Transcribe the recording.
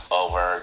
over